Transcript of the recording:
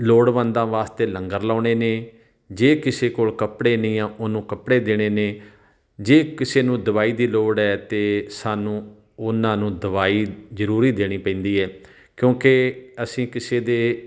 ਲੋੜਵੰਦਾਂ ਵਾਸਤੇ ਲੰਗਰ ਲਗਾਉਣੇ ਨੇ ਜੇ ਕਿਸੇ ਕੋਲ ਕੱਪੜੇ ਨਹੀਂ ਆ ਉਹਨੂੰ ਕੱਪੜੇ ਦੇਣੇ ਨੇ ਜੇ ਕਿਸੇ ਨੂੰ ਦਵਾਈ ਦੀ ਲੋੜ ਹੈ ਅਤੇ ਸਾਨੂੰ ਉਹਨਾਂ ਨੂੰ ਦਵਾਈ ਜ਼ਰੂਰੀ ਦੇਣੀ ਪੈਂਦੀ ਹੈ ਕਿਉਂਕਿ ਅਸੀਂ ਕਿਸੇ ਦੇ